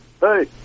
Hey